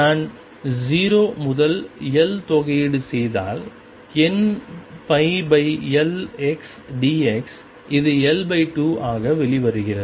நான் 0 முதல் L தொகையீடு செய்தால் nπLx dx இதுL2 ஆக வெளிவருகிறது